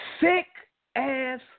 sick-ass